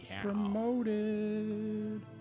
Promoted